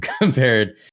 compared